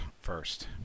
first